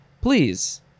please